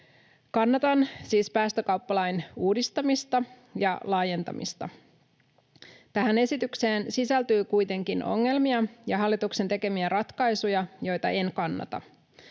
Kannatan siis päästökauppalain uudistamista ja laajentamista. Tähän esitykseen sisältyy kuitenkin ongelmia ja hallituksen tekemiä ratkaisuja, joita en kannata.